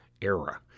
era